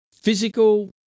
physical